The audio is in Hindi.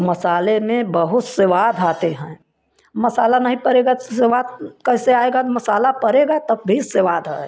मसाले में बहुत स्वाद आते हैं मसाला नहीं पड़ेगा तो स्वाद कैसे आएगा मसाला पड़ेगा तभी स्वाद है